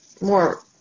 more